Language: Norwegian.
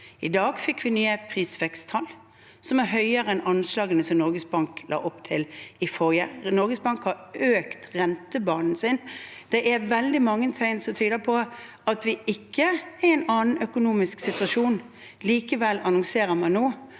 I dag fikk vi nye prisveksttall, som er høyere enn anslagene som Norges Bank la opp til i forrige rapport. Norges Bank har økt rentebanen sin. Det er veldig mange tegn som tyder på at vi ikke er i en annen økonomisk situasjon, og likevel annonserer man nå